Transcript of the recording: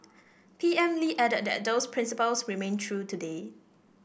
P M Lee added that those principles remain true today